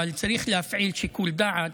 אבל צריך להפעיל שיקול דעת,